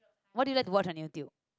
what do you like to watch on YouTube